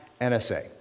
NSA